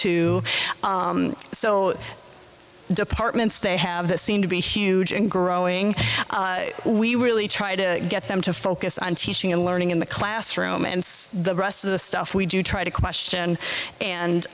to so departments they have that seem to be huge and growing we really try to get them to focus on teaching and learning in the classroom and the rest of the stuff we do try to question and